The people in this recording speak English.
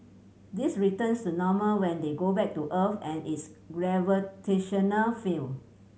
this returns to normal when they go back to Earth and its gravitational field